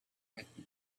happy